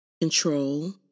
Control